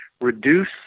reduce